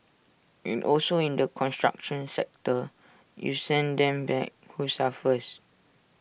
and also in the construction sector you send them back who suffers